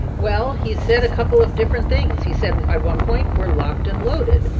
well, he said a couple of different things. he said, at one point, we're locked and loaded.